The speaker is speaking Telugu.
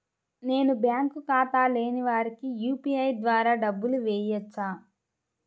నేను బ్యాంక్ ఖాతా లేని వారికి యూ.పీ.ఐ ద్వారా డబ్బులు వేయచ్చా?